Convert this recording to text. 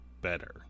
better